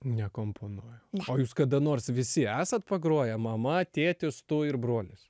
nekomponuoja o jūs kada nors visi esat pagroję mama tėtis tu ir brolis